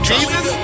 Jesus